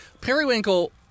Periwinkle